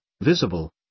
visible